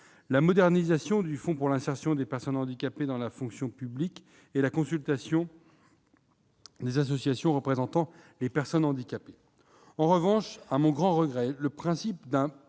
la modernisation du fonds pour l'insertion des personnes handicapées dans la fonction publique, le FIPHFP, et de la consultation des associations représentant les personnes handicapées. En revanche, à mon grand regret, le principe d'un